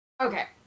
Okay